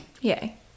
yay